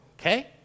okay